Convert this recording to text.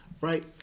Right